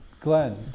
Glenn